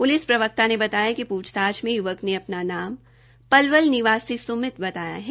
police प्रवक्ता ने बताया कि पूछताछसे युवक ने अपनानाम पलवल निवासी सुमित बताया है